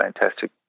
Fantastic